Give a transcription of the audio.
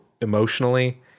emotionally